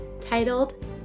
titled